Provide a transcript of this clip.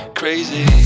crazy